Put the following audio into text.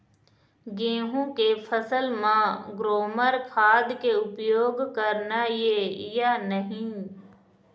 गेहूं के फसल म ग्रोमर खाद के उपयोग करना ये या नहीं?